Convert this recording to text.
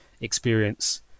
experience